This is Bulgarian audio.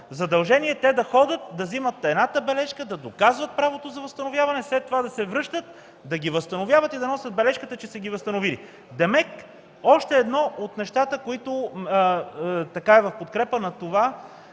задължение – да отиват и да вземат едната бележка, да доказват правото за възстановяване, след това да се връщат, да ги възстановяват и да носят бележката, че са ги възстановили. Тоест още едно от нещата в подкрепа на това,